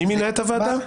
מי מינה את הוועדה?